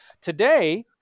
today